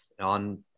on